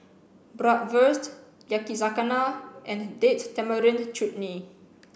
Bratwurst Yakizakana and Date Tamarind Chutney